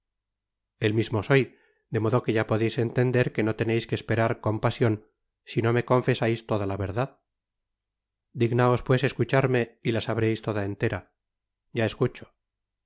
el mismo soy de modo que ya podeis entender que no teneis que esperar compasion si no me confesareis toda la verdad dignaos pues escucharme y la sabreis toda entera ya escucho